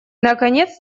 наконец